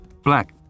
Black